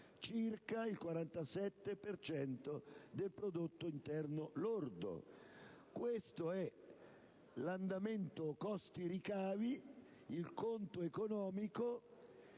circa il 47 per cento del prodotto interno lordo. Questo è l'andamento costi-ricavi, il conto economico,